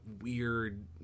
weird